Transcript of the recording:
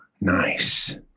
nice